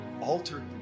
altered